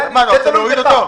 זה תלוי בך.